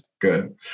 good